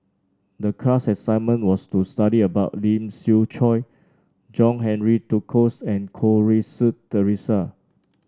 the class assignment was to study about Lee Siew Choh John Henry Duclos and Goh Rui Si Theresa